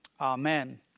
Amen